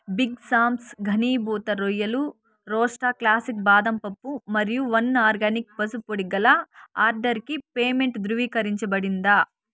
బిగ్సామ్స ఘనీభూత రొయ్యలు రోస్టా క్లాసిక్ బాదం పప్పు మరియు వన్ ఆర్గానిక్ పసుప్పొడి గల ఆర్డర్కి పేమెంటు ధృవీకరించబడిందా